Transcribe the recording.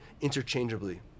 interchangeably